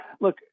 look